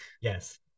Yes